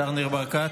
השר ניר ברקת.